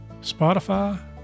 Spotify